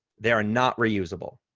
they are not reusable,